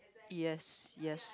yes yes